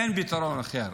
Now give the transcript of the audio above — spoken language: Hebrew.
אין פתרון אחר,